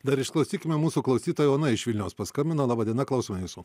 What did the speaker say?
dar išklausykime mūsų klausytoja ona iš vilniaus paskambino laba diena klausome jūsų